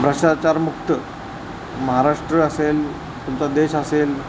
भ्रष्टाचारमुक्त महाराष्ट्र असेल तुमचा देश असेल